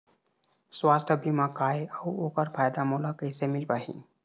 सुवास्थ बीमा का ए अउ ओकर फायदा मोला कैसे मिल पाही?